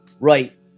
right